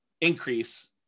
increase